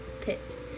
pit